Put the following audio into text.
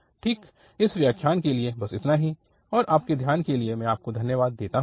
ठीक इस व्याख्यान के लिए बस इतना ही और आपके ध्यान के लिए मैं आपको धन्यवाद देता हूं